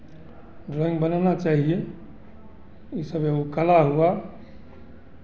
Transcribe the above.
drawing बनाना चाहिए ये सब एगो कला हुआ